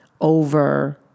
over